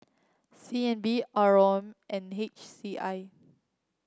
C N B R O M and H C I